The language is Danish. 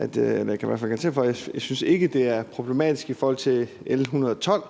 jeg ikke synes, det er problematisk i forhold til L 112,